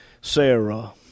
Sarah